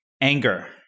Anger